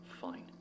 Fine